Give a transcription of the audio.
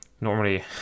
Normally